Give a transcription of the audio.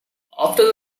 after